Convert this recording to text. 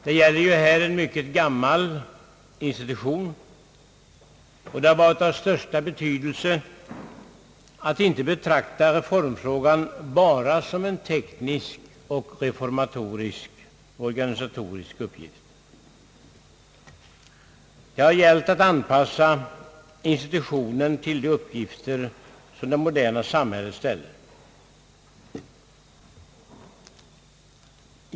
Det gäller ju en mycket gammal institution, och det har varit av största betydelse att inte betrakta reformfrågan bara som en teknisk och organisatorisk uppgift. Det har gällt att anpassa institutionen till de uppgifter som det moderna samhället kräver.